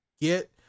get